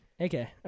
Okay